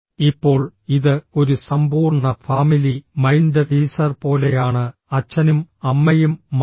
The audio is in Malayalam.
ഇപ്പോൾ ഇത് ഒരു സമ്പൂർണ്ണ ഫാമിലി മൈൻഡ് ടീസർ പോലെയാണ് അച്ഛനും അമ്മയും മകളും